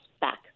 back